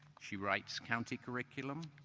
she writes county curriculum,